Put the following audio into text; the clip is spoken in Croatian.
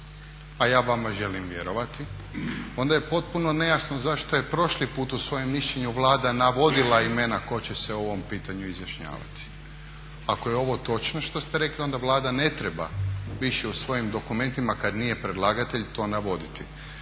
a ja vama želim vjerovati, onda je potpuno nejasno zašto je prošli put u svojem mišljenju Vlada navodila imena tko će se o ovom pitanju izjašnjavati. A ako je ovo točno što ste rekli onda Vlada ne treba više u svojim dokumentima kad nije predlagatelj to navoditi.